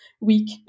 week